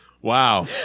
Wow